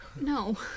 No